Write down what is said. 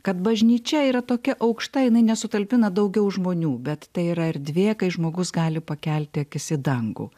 kad bažnyčia yra tokia aukšta jinai nesutalpina daugiau žmonių bet tai yra erdvė kai žmogus gali pakelti akis į dangų